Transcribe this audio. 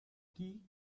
key